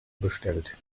bestellt